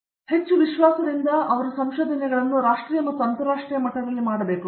ನಿರ್ಮಲ ಹೆಚ್ಚು ವಿಶ್ವಾಸದಿಂದ ಅವನ ಅಥವಾ ಅವಳ ಸಂಶೋಧನೆಗಳನ್ನು ಅವರು ರಾಷ್ಟ್ರೀಯ ಮತ್ತು ಅಂತರಾಷ್ಟ್ರೀಯ ಮಟ್ಟದಲ್ಲಿ ಮಾಡಬೇಕು